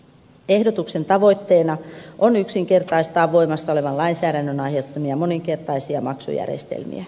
ehdotuksen tavoitteena on yksinkertaistaa voimassa olevan lainsäädännön aiheuttamia moninkertaisia maksujärjestelmiä